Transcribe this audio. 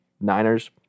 Niners